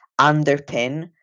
underpin